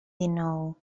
dènou